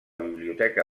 biblioteca